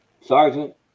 Sergeant